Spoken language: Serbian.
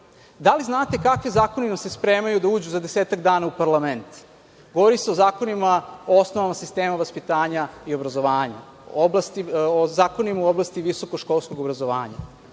da li znate kakvi zakoni vam se spremaju da uđu za desetak dana u parlament? Govori se o zakonima o osnovama sistema vaspitanja i obrazovanja, o zakonima u oblasti visoko-školskog obrazovanja.